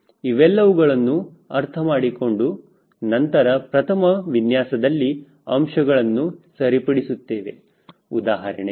ಇವೆಲ್ಲವುಗಳನ್ನು ಅರ್ಥ ಮಾಡಿಕೊಂಡ ನಂತರ ಪ್ರಥಮ ವಿನ್ಯಾಸದ ಅಂಶಗಳನ್ನು ಸರಿಪಡಿಸುತ್ತೇವೆ ಉದಾಹರಣೆಗೆ